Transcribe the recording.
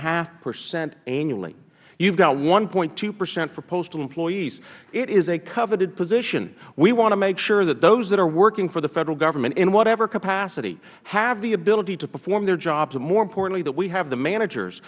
five percent annually you have one point two percent for postal employees it is a coveted position we want to make sure that those that are working for the federal government in whatever capacity have the ability to perform their jobs and more importantly that we have managers